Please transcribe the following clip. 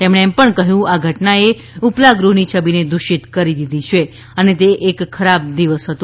તેમણે એમ પણ કહ્યું કે આ ઘટનાએ ઉપલા ગૃહની છબીને દૂષિત કરી દીધી છે અને તે એક ખરાબ દિવસ હતો